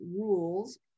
rules